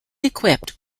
equipped